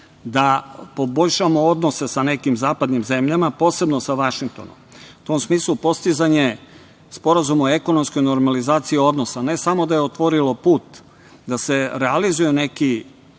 da poboljšamo odnose sa nekim zapadnim zemljama, posebno sa Vašingtonom.U tom smislu, postizanje sporazuma o ekonomskoj normalizaciji odnosa, ne samo da je otvorilo put da se realizuju neki